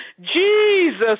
Jesus